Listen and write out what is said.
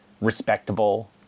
respectable